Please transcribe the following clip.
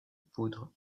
poudre